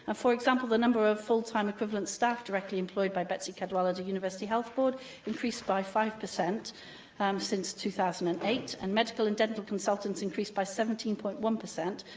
ah for example, the number of full-time equivalent staff directly employed by betsi cadwaladr university health board has increased by five per cent um since two thousand and eight, and medical and dental consultants increased by seventeen point one per cent.